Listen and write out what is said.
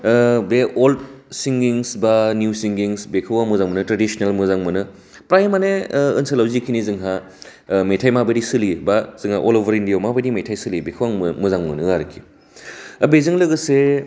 बे अल्ड सिंगिं बा नेउ सिंगिं बेखौ आं मोजां मोनो ट्रेडिसिनेल मोजां मोनो फ्राइ माने ओनसोलाव जिखिनि जोंहा मेथाइ माबोरै सोलियो बा जोंहा अदालगुरिआव मा बायदि मेथाइ सोलियो बेखौ आंबो मोजां मोनो आरोखि दा बेजों लोगोसे